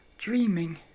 dreaming